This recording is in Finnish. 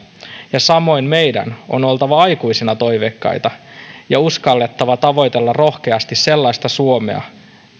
ja samoin meidän on oltava aikuisina toiveikkaita ja uskallettava tavoitella rohkeasti sellaista suomea